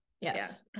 Yes